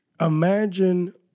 Imagine